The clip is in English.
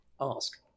ask